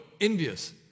envious